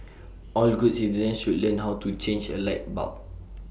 all good citizens should learn how to change A light bulb